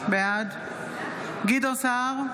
בעד גדעון סער,